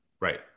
right